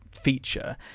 feature